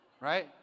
Right